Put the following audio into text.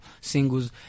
singles